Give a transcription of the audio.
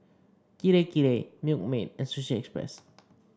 Kirei Kirei Milkmaid and Sushi Express